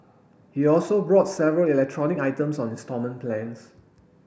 he also bought several electronic items on instalment plans